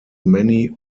many